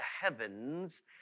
heavens